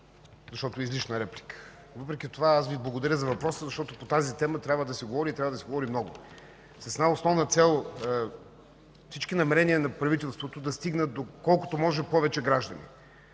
защото е излишна реплика. Въпреки това аз Ви благодаря за въпроса, защото по тази тема трябва да се говори, и трябва да се говори много, с една основна цел – всички намерения на правителството да стигнат до колкото може повече граждани.